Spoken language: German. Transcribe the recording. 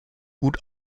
gut